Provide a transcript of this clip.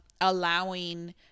allowing